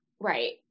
right